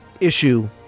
issue